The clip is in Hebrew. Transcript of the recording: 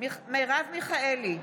מרב מיכאלי,